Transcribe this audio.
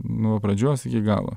nuo pradžios iki galo